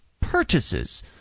purchases